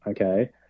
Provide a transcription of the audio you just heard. okay